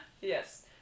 Yes